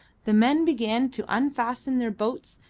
the men began to unfasten their boats,